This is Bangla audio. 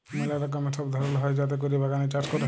ম্যালা রকমের সব ধরল হ্যয় যাতে ক্যরে বাগানে চাষ ক্যরে